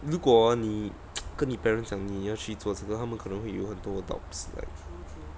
如果哦你 跟你 parents 讲你要去做这个他们可能会有很多 doubts like